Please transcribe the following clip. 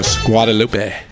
Guadalupe